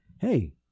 hey